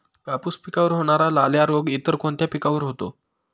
कापूस पिकावर होणारा लाल्या रोग इतर कोणत्या पिकावर होतो?